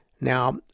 now